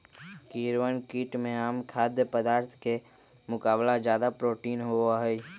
कीड़वन कीट में आम खाद्य पदार्थ के मुकाबला ज्यादा प्रोटीन होबा हई